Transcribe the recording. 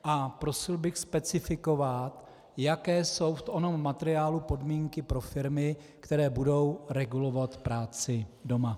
A prosil bych specifikovat, jaké jsou v onom materiálu podmínky pro firmy, které budou regulovat práci doma.